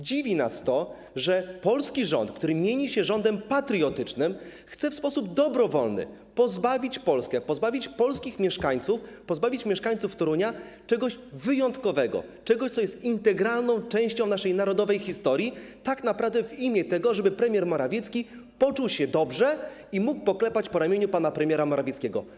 Dziwi nas to, że polski rząd, który mieni się rządem patriotycznym, chce w sposób dobrowolny pozbawić Polskę, pozbawić polskich mieszkańców, pozbawić mieszkańców Torunia czegoś wyjątkowego, czegoś, co jest integralną częścią naszej narodowej historii tak naprawdę w imię tego, żeby premier Morawiecki poczuł się dobrze i mógł poklepać po ramieniu pana premiera Morawieckiego.